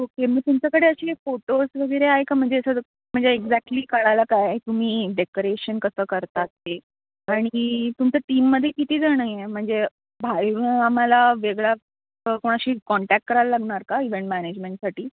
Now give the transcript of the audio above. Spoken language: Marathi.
ओके मग तुमच्याकडे असे फोटोज वगैरे आहे का म्हणजे असंच म्हणजे एक्झॅक्टली कळायला काय तुम्ही डेकोरेशन कसं करतात ते आणि तुमच्या टीममध्ये कितीजणं आहे म्हणजे आम्हाला वेगळा क कोणाशी कॉन्टॅक्ट करायला लागणार का इव्हेंट मॅनेजमेंटसाठी